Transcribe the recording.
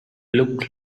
look